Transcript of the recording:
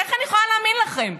איך אני יכולה להאמין לכם?